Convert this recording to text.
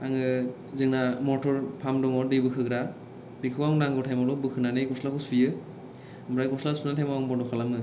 आङो जोंना motor pump दङ दै बखोग्रा बेखौ आं नांगौ ताएम आवल बोखोनानै गस्लाखौ सुयो ओमफ्राय गस्ला सुनाय ताएमाव आं बन्द' खालामो